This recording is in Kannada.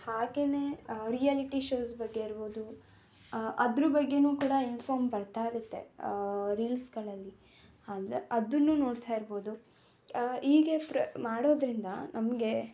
ಹಾಗೆಯೇ ರಿಯಾಲಿಟಿ ಶೋಸ್ ಬಗ್ಗೆ ಇರ್ಬೋದು ಅದ್ರ ಬಗ್ಗೆಯೂ ಕೂಡ ಇನ್ಫಾಮ್ ಬರ್ತಾ ಇರುತ್ತೆ ರೀಲ್ಸ್ಗಳಲ್ಲಿ ಅಂದರೆ ಅದನ್ನು ನೋಡ್ತಾಯಿರ್ಬೋದು ಹೀಗೆ ಪ್ರ ಮಾಡೋದರಿಂದ ನಮಗೆ